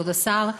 כבוד השר,